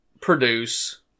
produce